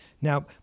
Now